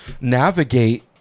navigate